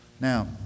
now